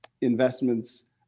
investments